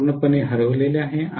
ते पूर्णपणे हरवले आहे